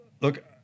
look